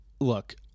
Look